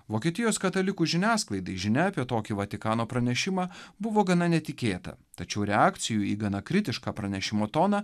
vokietijos katalikų žiniasklaidai žinia apie tokį vatikano pranešimą buvo gana netikėta tačiau reakcijų į gana kritišką pranešimo toną